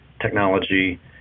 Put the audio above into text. technology